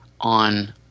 on